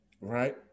right